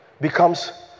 becomes